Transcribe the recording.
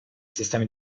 sistemi